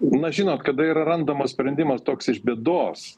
na žinot kada yra randamas sprendimas toks iš bėdos